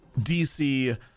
DC